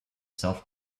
self